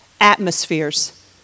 atmospheres